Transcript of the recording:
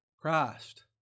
Christ